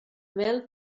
mel